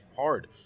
hard